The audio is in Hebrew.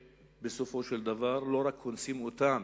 שבסופו של דבר לא רק קונסים אותם